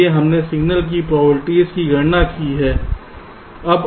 इसलिए हमने सिग्नल की प्रोबबिलिटीज़ की गणना की है